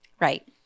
right